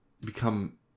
become